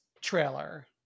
trailer